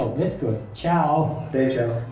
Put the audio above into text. that's good! ciao! dave chow!